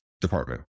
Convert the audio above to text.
department